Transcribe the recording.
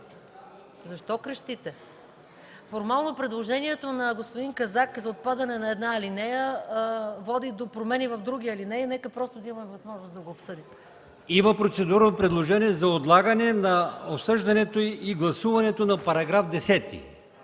Защо крещите? Формално предложението на господин Казак за отпадане на една алинея води до промени в други алинеи. Нека просто да имаме възможност да го обсъдим. ПРЕДСЕДАТЕЛ АЛИОСМАН ИМАМОВ: Има процедурно предложение за отлагане на обсъждането и гласуването на § 10.